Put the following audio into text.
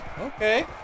Okay